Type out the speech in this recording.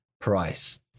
price